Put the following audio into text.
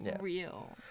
real